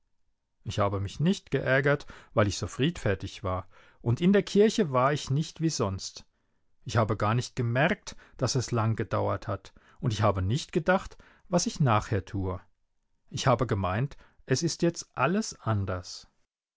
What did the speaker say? ich habe mich nicht geärgert weil ich so friedfertig war und in der kirche war ich nicht wie sonst ich habe gar nicht gemerkt daß es lang gedauert hat und ich habe nicht gedacht was ich nachher tue ich habe gemeint es ist jetzt alles anders